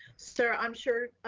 sir. i'm sure